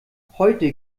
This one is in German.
heute